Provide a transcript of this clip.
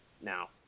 now